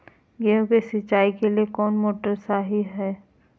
गेंहू के सिंचाई के लिए कौन मोटर शाही हाय?